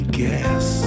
guess